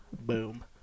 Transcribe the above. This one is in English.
Boom